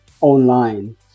online